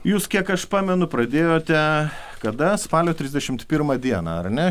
jūs kiek aš pamenu pradėjote kada spalio trisdešimt pirmą dieną ar ne